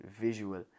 visual